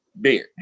Beer